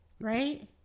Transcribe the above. Right